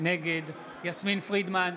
נגד יסמין פרידמן,